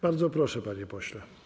Bardzo proszę, panie pośle.